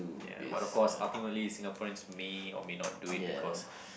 ya but of course ultimately Singaporeans may or may not do it because